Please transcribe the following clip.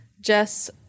jess